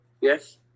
yes